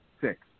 six